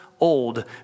old